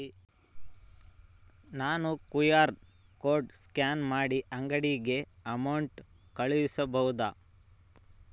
ನಾನು QR code scan ಮಾಡಿ ಅಂಗಡಿಗೆ ಅಮೌಂಟ್ ಕಳಿಸಬಹುದಾ?